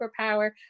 superpower